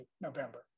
November